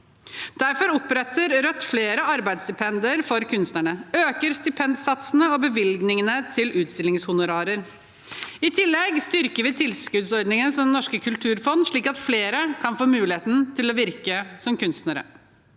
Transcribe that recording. Derfor oppretter Rødt flere arbeidsstipender for kunstnere. Vi øker stipendsatsene og bevilgningene til utstillingshonorarer. I tillegg styrker vi tilskuddsordninger, som Norsk kulturfond, slik at flere kan få muligheten til å virke som kunstnere.